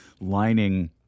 lining